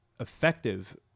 effective